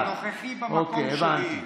בנוכחי, במקום שלי.